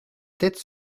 tête